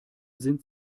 sind